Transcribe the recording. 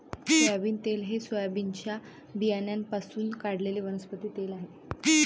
soybean तेल हे सोयाबीनच्या बियाण्यांपासून काढलेले वनस्पती तेल आहे